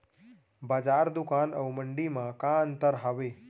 बजार, दुकान अऊ मंडी मा का अंतर हावे?